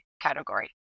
category